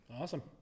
awesome